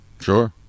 Sure